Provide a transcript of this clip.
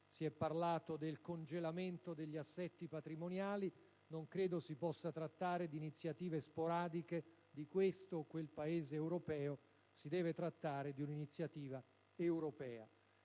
(si è parlato del congelamento degli assetti patrimoniali). Non ritengo si possa trattare di iniziative sporadiche di questo o di quel Paese dell'Europa, ma di un'iniziativa europea.